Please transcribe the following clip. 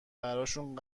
براشون